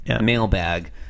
mailbag